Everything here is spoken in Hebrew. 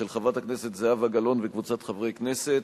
של חברת הכנסת זהבה גלאון וקבוצת חברי הכנסת,